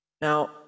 now